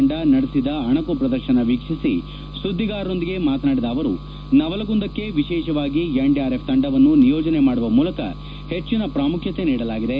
ತಂಡ ನಡೆಸಿದ ಅಣಕು ಪ್ರದರ್ಶನ ವೀಕ್ಷಿಸಿ ಸುದ್ದಿಗಾರರೊಂದಿಗೆ ಮಾತನಾಡಿದ ಅವರು ನವಲಗುಂದಕ್ಕೆ ವಿಶೇಷವಾಗಿ ಎನ್ಡಿಆರ್ಎಫ್ ತಂಡವನ್ನು ನಿಯೋಜನೆ ಮಾಡುವ ಮೂಲಕ ಹೆಚ್ಚಿನ ಪ್ರಾಮುಖ್ಯತೆ ನೀಡಲಾಗಿದೆ